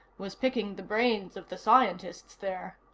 was picking the brains of the scientists there.